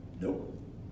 Nope